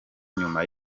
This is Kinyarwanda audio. nyuma